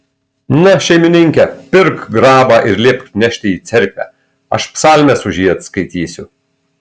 na šeimininke pirk grabą ir liepk nešti į cerkvę aš psalmes už jį atskaitysiu